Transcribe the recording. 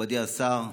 מכובדי השר,